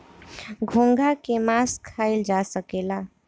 घोंघा के मास खाइल जा सकेला